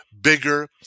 bigger